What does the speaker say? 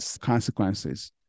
consequences